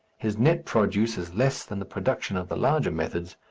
his nett produce is less than the production of the larger methods,